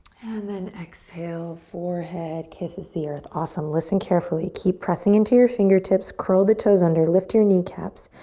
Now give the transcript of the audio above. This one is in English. and then exhale forehead kisses the earth. awesome. listen carefully. keep pressing into your fingertips. curl the toes under, lift your kneecaps.